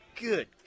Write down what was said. good